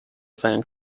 fang